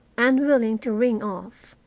unwilling to ring off.